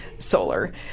solar